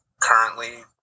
currently